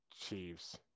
Chiefs